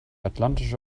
atlantische